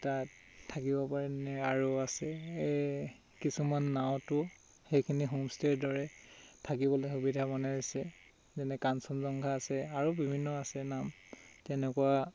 তাত থাকিব পাৰে তেনে আৰু আছে কিছুমান নাৱতো সেইখিনি হোমষ্টেৰ দৰে থাকিবলৈ সুবিধা বনাইছে যেনে কাঞ্জনজংঘা আছে আৰু বিভিন্ন আছে নাম তেনেকুৱা